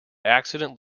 accident